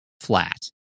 flat